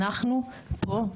אנחנו פה,